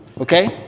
okay